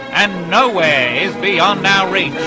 and nowhere is beyond our reach!